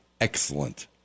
excellent